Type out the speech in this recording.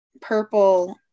purple